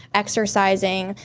exercising,